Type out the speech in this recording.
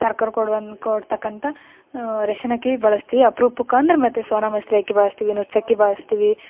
ಸರ್ಕಾರ ಕೊಡ್ವ ಕೊಡ್ತಕ್ಕಂಥ ರೇಷನ್ ಅಕ್ಕಿ ಬಳಸ್ತೀವಿ ಅಪ್ರೂಪಕ್ಕೆ ಅಂದ್ರೆ ಮತ್ತು ಸೋನಮಸೂರಿ ಅಕ್ಕಿ ಬಳಸ್ತೀವಿ ಏನು ಚಕ್ಕೆ ಬಳಸ್ತೀವಿ